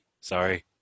Sorry